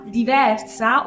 diversa